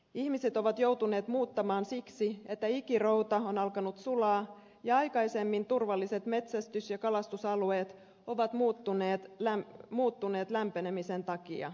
ihmiset ovat joutuneet muuttamaan siksi että ikirouta on alkanut sulaa ja aikaisemmin turvalliset metsästys ja kalastusalueet ovat muuttuneet lämpenemisen takia